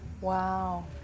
wow